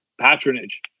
patronage